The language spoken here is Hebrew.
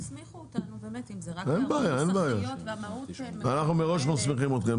אנחנו מראש מסמיכים את זה,